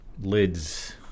Lids